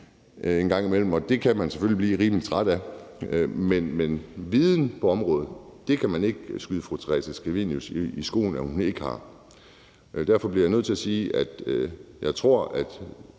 en gang imellem, og det kan man selvfølgelig blive rimelig træt af, men jeg bliver nødt til at sige, at viden på området kan man ikke skyde fru Theresa Scavenius i skoene hun ikke har, og derfor bliver jeg nødt til at sige, at jeg tror, at